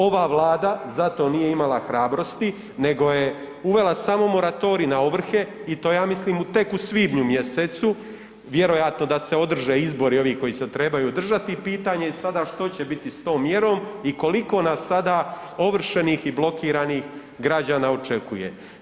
Ova vlada za to nije imala hrabrosti nego je uvela samo moratorij na ovrhe i to ja mislim tek u svibnju mjesecu, vjerojatno da se održe izbori ovi koji se trebaju održati i pitanje je sada što će biti s tom mjerom i koliko nas sada ovršenih i blokiranih građana očekuje.